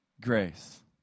grace